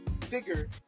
figure